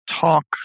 talk